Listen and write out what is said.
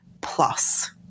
plus